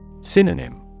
Synonym